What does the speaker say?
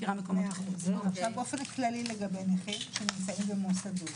באופן כללי לגבי נכים שנמצאים במוסדות,